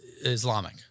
Islamic